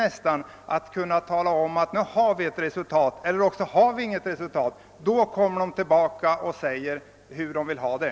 Om de inte kan uppnå något resultat kommer de att tala om hur de vill ha det i fortsättningen.